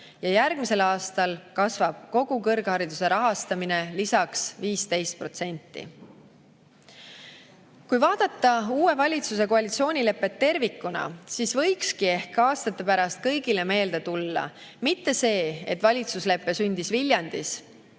ja järgmisel aastal kasvab kogu kõrghariduse rahastamine lisaks 15%.Kui vaadata uue valitsuse koalitsioonilepet tervikuna, siis võikski ehk aastate pärast kõigile meelde tulla mitte see, et valitsuslepe sündis Viljandis,